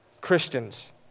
Christians